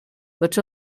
but